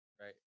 Right